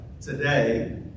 today